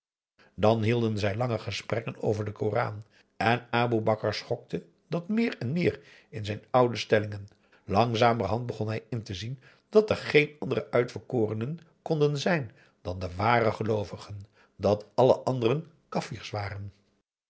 dan hielden zij lange gesprekken over den koran en aboe bakar schokte dat meer en meer in zijn oude stellingen langzamerhand begon hij in te zien dat er geen andere uitverkorenen konden zijn dan de ware geloovigen dat alle anderen kafirs waren